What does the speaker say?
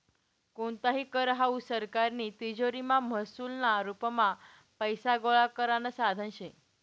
कोणताही कर हावू सरकारनी तिजोरीमा महसूलना रुपमा पैसा गोळा करानं साधन शे